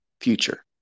future